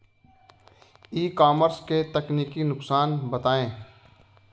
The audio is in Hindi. ई कॉमर्स के तकनीकी नुकसान बताएं?